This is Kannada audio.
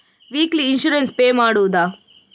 ವೀಕ್ಲಿ ಇನ್ಸೂರೆನ್ಸ್ ಪೇ ಮಾಡುವುದ?